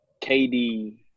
KD